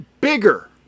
Bigger